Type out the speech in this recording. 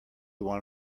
won